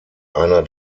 einer